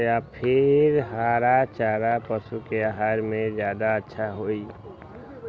या फिर हरा चारा पशु के आहार में ज्यादा अच्छा होई?